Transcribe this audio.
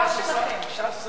בעיקר שלכם, ש"ס.